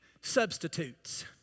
substitutes